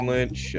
Lynch